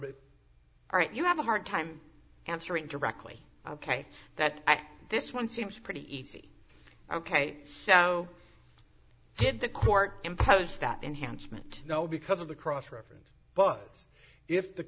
but right you have a hard time answering directly ok that this one seems pretty easy ok so did the court impose that enhancement no because of the cross reference but if the